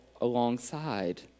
alongside